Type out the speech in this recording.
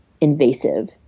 invasive